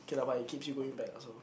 okay lah but it keeps you going back lah so